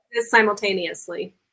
simultaneously